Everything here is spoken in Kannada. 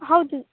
ಹೌದು